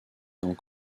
dans